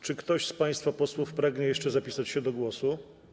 Czy ktoś z państwa posłów pragnie jeszcze zapisać się do głosu?